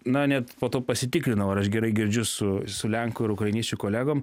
na net po to pasitikrinau ar aš gerai girdžiu su su lenkų ir ukrainiečių kolegom